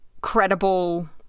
credible